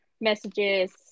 messages